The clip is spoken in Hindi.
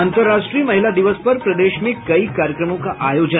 अंतर्राष्ट्रीय महिला दिवस पर प्रदेश में कई कार्यक्रमों का आयोजन